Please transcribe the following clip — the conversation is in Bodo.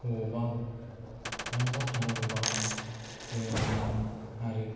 अबावबा बाहायबा थांनांगौबा लेंलांनाय आरो